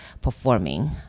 performing